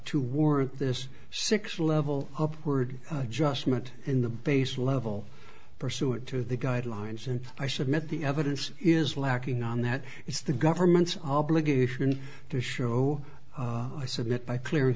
to warrant this six level upward adjustment in the base level pursuant to the guidelines and i submit the evidence is lacking on that it's the government's obligation to show submit by clear